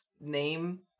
name